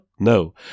No